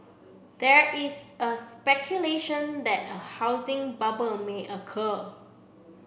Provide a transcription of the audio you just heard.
there is a speculation that a housing bubble may occur